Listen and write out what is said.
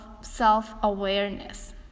self-awareness